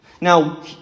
Now